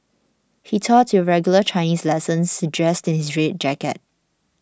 he taught your regular Chinese lessons dressed in his red jacket